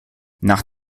nach